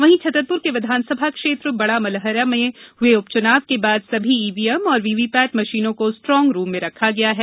वहीं छतरपुर के विधानसभा क्षेत्र बड़ा मलहरा में हुए उपचुनाव के बाद सभी ईवीएम और वीवीपेट मशीनों को स्ट्रांग रूम में रखा गया है